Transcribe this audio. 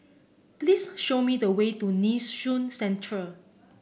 please show me the way to Nee Soon Central